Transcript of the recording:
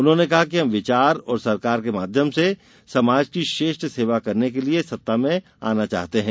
उन्होंने कहा कि हम विचार और सरकार के माध्यम से समाज की श्रेष्ठ सेवा करने के लिए सत्ता में आना चाहते है